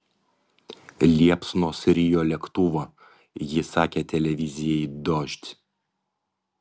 liepsnos rijo lėktuvą ji sakė televizijai dožd